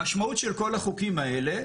המשמעות של כל החוקים האלה